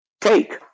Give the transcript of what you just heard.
take